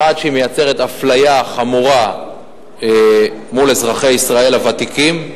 שהיא מייצרת אפליה חמורה מול אזרחי ישראל הוותיקים.